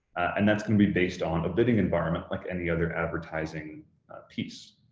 and that's going to be based on a bidding environment like any other advertising piece.